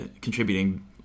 contributing